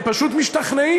הם פשוט משתכנעים.